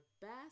best